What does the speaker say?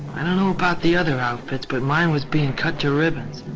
i don't know about the other outfits but mine was being cut to ribbons,